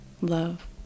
love